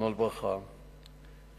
זיכרונו לברכה,